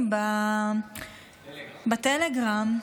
הנתונים בטלגרם.